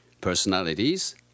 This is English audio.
Personalities